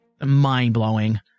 mind-blowing